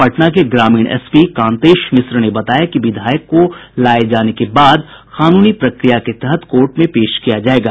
पटना के ग्रामीण एसपी कांतेश मिश्र ने बताया कि विधायक को लाये जाने के बाद कानूनी प्रक्रिया के तहत कोर्ट में पेश किया जायेगा